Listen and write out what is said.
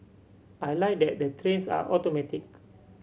I like that the trains are automatic